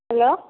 hello